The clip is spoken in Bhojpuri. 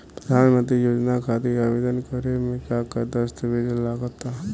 प्रधानमंत्री योजना खातिर आवेदन करे मे का का दस्तावेजऽ लगा ता?